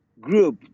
group